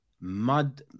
Mud